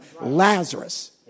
Lazarus